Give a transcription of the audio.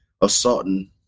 assaulting